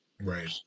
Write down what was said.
right